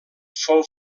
fou